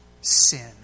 sin